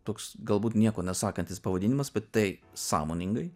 toks galbūt nieko nesakantis pavadinimas bet tai sąmoningai